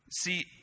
See